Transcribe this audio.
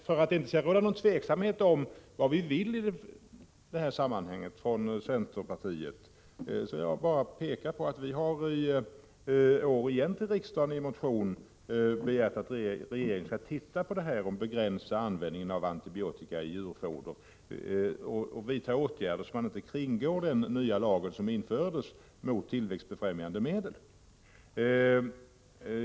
För att det inte skall råda någon tveksamhet om vad vi inom centern önskar i det här sammanhanget vill jag påpeka att vi också i år i en motion till riksdagen begärt att regeringen skall undersöka möjligheterna att begränsa användningen av antibiotika i djurfoder och vidta åtgärder, så att det inte går att kringgå den nya lag som infördes beträffande tillväxtbefrämjande medel.